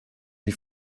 die